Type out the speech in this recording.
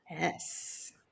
Yes